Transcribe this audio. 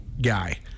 guy